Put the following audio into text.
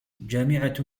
جامعة